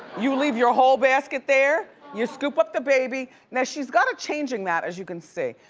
you leave your whole basket there. you scoop up the baby now she's got a changing mat as you can see.